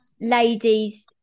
ladies